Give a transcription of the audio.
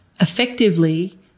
effectively